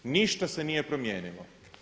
Ništa se nije promijenilo.